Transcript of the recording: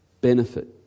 benefit